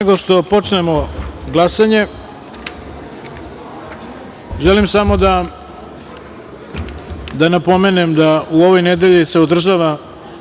nego što počnemo glasanje, želim samo da napomenem da se u ovoj nedelji održava